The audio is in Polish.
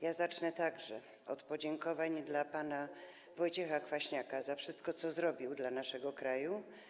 Ja zacznę także od podziękowań dla pana Wojciecha Kwaśniaka za wszystko, co zrobił dla naszego kraju.